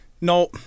no